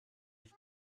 ich